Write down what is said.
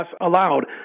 allowed